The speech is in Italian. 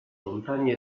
montagna